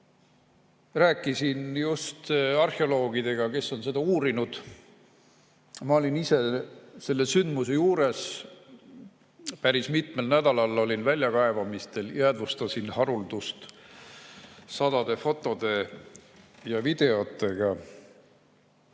Rääkisin just arheoloogidega, kes on seda uurinud. Ma olin ise selle sündmuse juures, päris mitmel nädalal olin väljakaevamistel, jäädvustasin haruldust sadade fotode ja videotega.